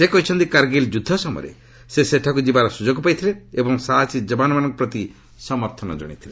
ସେ କହିଛନ୍ତି କାର୍ଗୀଲ୍ ଯୁଦ୍ଧ ସମୟରେ ସେ ସେଠାକୁ ଯିବାର ସୁଯୋଗ ପାଇଥିଲେ ଏବଂ ସାହସୀ ଯବାନମାନଙ୍କ ପ୍ରତି ସମର୍ଥନ ଜଣାଇଥିଲେ